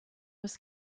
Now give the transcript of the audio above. was